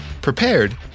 prepared